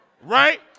Right